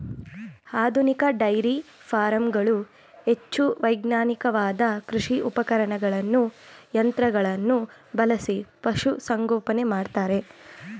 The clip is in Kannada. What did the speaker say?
ಆಧುನಿಕ ಡೈರಿ ಫಾರಂಗಳು ಹೆಚ್ಚು ವೈಜ್ಞಾನಿಕವಾದ ಕೃಷಿ ಉಪಕರಣಗಳನ್ನು ಯಂತ್ರಗಳನ್ನು ಬಳಸಿ ಪಶುಸಂಗೋಪನೆ ಮಾಡ್ತರೆ